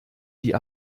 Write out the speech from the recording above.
die